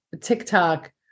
TikTok